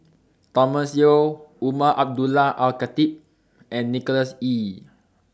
Thomas Yeo Umar Abdullah Al Khatib and Nicholas Ee